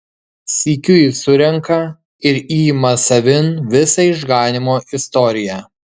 sykiu jis surenka ir įima savin visą išganymo istoriją